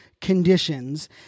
conditions